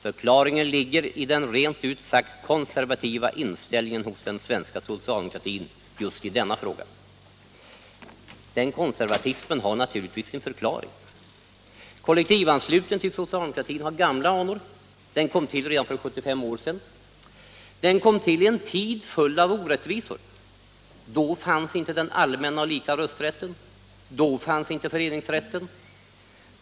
Förklaringen ligger i den rent ut sagt konservativa inställningen hos den svenska socialdemokratin just i denna fråga. Denna konservatism har naturligtvis sin förklaring. Kollektivanslutningen till socialdemokratin har gamla anor. Den kom till redan för 75 år sedan. Den kom till i en tid full av orättvisor. Då fanns inte den allmänna och lika rösträtten, då fanns inte föreningsrätten.